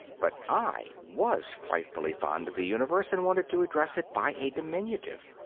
but i was frightfully fond of the universe and wanted to address it by a diminutive.